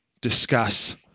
discuss